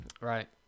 Right